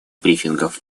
брифингов